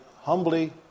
humbly